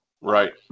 Right